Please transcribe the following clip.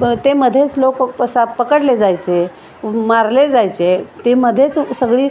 प ते मध्येच लोक पसा पकडले जायचे मारले जायचे ते मध्येच सगळी